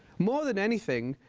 more than anything,